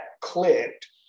clicked